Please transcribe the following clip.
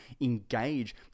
engage